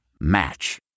Match